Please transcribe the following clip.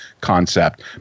concept